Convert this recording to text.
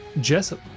Jessup